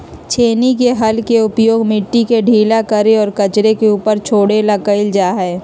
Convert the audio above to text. छेनी के हल के उपयोग मिट्टी के ढीला करे और कचरे के ऊपर छोड़े ला कइल जा हई